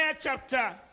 chapter